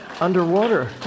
Underwater